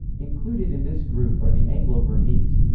included in this group are the anglo-burmese.